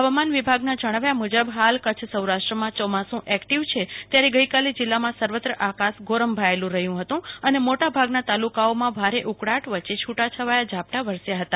હવામાન વિભાગના જણાવ્યા મુજબ હાલ કચ્છ સૌરાષ્ટ્રમાં ચોમાસુ એકટીવ છે ત્યારે ગઈકાલે જિલ્લામાં સર્વત્ર આકાશ ગોરંભાયેલું રહ્યું હતું અને મોટાભાગના તાલુકાઓમાં ભારે ઉકળાટ વચ્ચે છૂટાછવાયા ઝાપટા વરસ્યા હતા